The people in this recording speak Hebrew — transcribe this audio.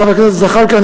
חבר הכנסת זחאלקה,